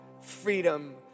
freedom